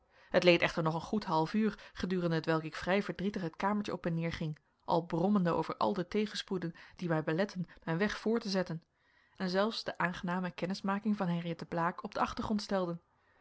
het leed echter nog een goed half uur gedurende hetwelk ik vrij verdrietig het kamertje op en neer ging al brommende over al de tegenspoeden die mij beletteden mijn weg voort te zetten en zelfs de aangename kennismaking van henriëtte blaek op den achtergrond stelden